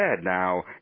now